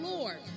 Lord